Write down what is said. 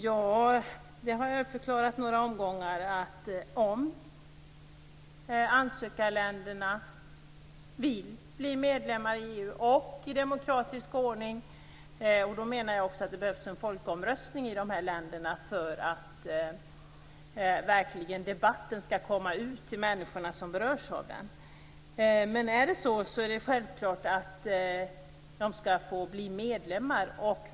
Jag har förklarat i några omgångar att om ansökarländerna vill bli medlemmar i EU i demokratisk ordning - då menar jag att det behövs en folkomröstning i dessa länder för att debatten verkligen skall komma ut till människorna som berörs av den - är det självklart att de skall få bli medlemmar.